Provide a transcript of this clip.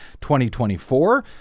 2024